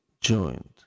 joined